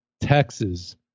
Texas